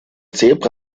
zebra